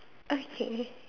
okay